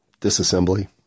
disassembly